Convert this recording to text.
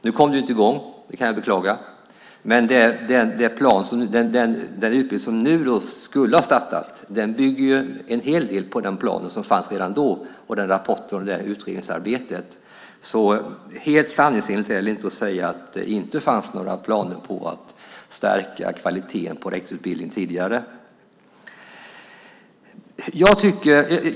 Nu kom detta inte i gång, vilket jag kan beklaga. Den utbildning som nu skulle ha startat bygger en hel del på den plan som tidigare fanns och på den rapport och det utredningsarbete som tidigare gjorts, så helt sanningsenligt är det inte att säga att det tidigare inte fanns några planer på att stärka kvaliteten på rektorsutbildningen.